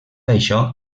això